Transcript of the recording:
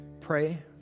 pray